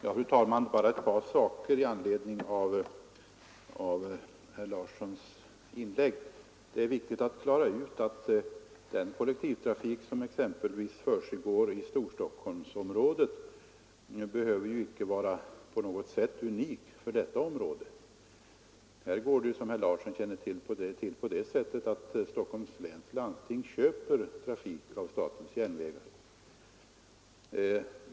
Fru talman! Bara ett par ord i anledning av herr Larssons i Staffanstorp inlägg. Det är viktigt att klara ut att den kollektiva trafik som finns exempelvis i Storstockholmsområdet behöver ju icke på något sätt vara unik för detta område. Här gör man, som herr Larsson känner till, på det sättet att Stockholms läns landsting köper trafik av statens järnvägar.